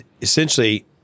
Essentially